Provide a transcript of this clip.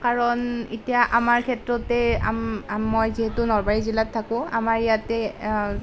কাৰণ এতিয়া আমাৰ ক্ষেত্ৰতেই মই যিহেতু নলবাৰী জিলাত থাকোঁ আমাৰ ইয়াতে